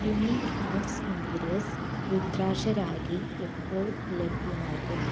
unique arts interiors രുദ്രാക്ഷരാഖി എപ്പോൾ ലഭ്യമാകും